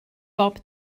bob